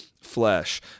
flesh